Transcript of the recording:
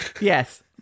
Yes